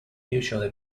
usually